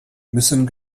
müssen